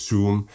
Zoom